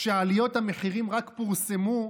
כשעליות המחירים רק פורסמו,